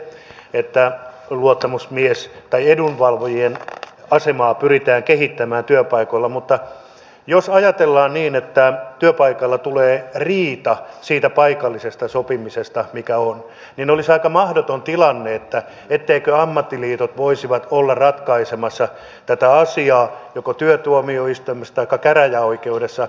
hyvää täällä on se että edunvalvojien asemaa pyritään kehittämään työpaikoilla mutta jos ajatellaan niin että työpaikalla tulee riita siitä paikallisesta sopimisesta mikä on niin olisi aika mahdoton tilanne etteivätkö ammattiliitot voisi olla ratkaisemassa tätä asiaa joko työtuomioistuimessa taikka käräjäoikeudessa